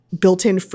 built-in